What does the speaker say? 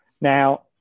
now